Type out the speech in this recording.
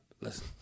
listen